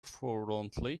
forlornly